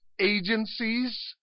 agencies